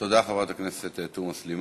תודה, חברת הכנסת תומא סלימאן.